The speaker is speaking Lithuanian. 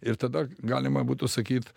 ir tada galima būtų sakyt